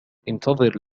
انتظر